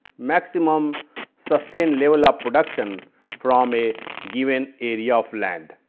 maximum sustained level of production from a given area of land.